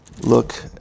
look